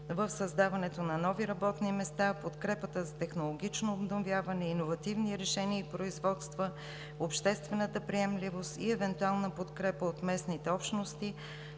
в създаването на нови работни места, подкрепата за технологично обновяване, иновативни решения и производства, обществената приемливост и евентуална подкрепа от местните общности,